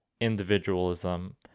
individualism